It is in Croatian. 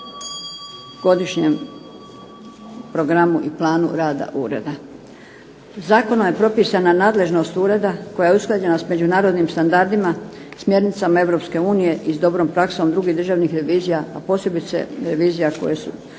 godišnjem programu i planu rada ureda. Zakonom je propisana nadležnost ureda koja je usklađena s međunarodnim standardima, smjernicama Europske unije i s dobrom praksom drugih državnih revizija a posebice revizija zemalja